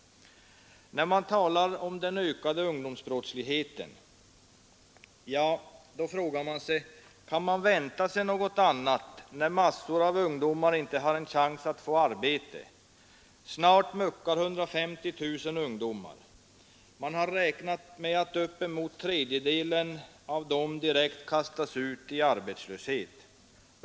När det talas om den ökande ungdomsbrottsligheten, frågar man sig: Kan man vänta sig något annat när massor av ungdomar inte har chans att få arbete? Snart muckar 150 000 ungdomar. Man har räknat med att upp emot tredjedelen av dessa direkt kastas ut i arbetslöshet.